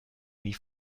nie